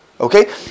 Okay